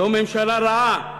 זו ממשלה רעה.